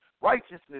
Righteousness